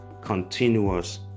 continuous